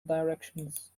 directions